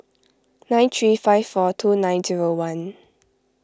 nine three five four two nine zero one